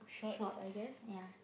shorts ya